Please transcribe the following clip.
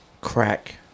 crack